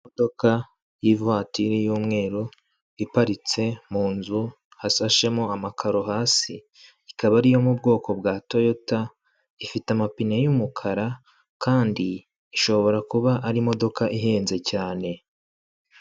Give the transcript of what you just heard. Imodokamo y'ivatiri y'umweru iparitse mu nzu hasashemo amakaro hasi, ikaba ariyo mu bwoko bwa Toyota ifite amapine y'umukara kandi ishobora kuba ari imodoka ihenze cyane.